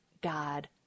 God